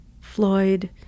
Floyd